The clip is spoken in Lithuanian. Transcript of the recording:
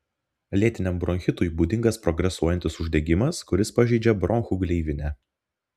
lėtiniam bronchitui būdingas progresuojantis uždegimas kuris pažeidžia bronchų gleivinę